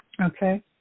Okay